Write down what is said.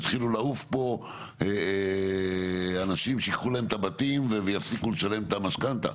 יתחילו לעוף פה אנשים שייקחו להם את הבתים ויפסיקו לשלם את המשכנתא.